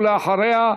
ואחריה,